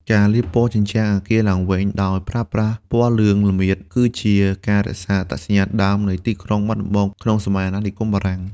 ការលាបពណ៌ជញ្ជាំងអគារឡើងវិញដោយប្រើប្រាស់ពណ៌លឿងល្មៀត គឺជាការរក្សាអត្តសញ្ញាណដើមនៃទីក្រុងបាត់ដំបងក្នុងសម័យអាណានិគម។